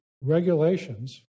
regulations